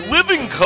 Living